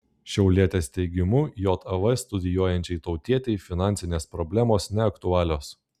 šiaulietės teigimu jav studijuojančiai tautietei finansinės problemos neaktualios